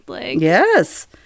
Yes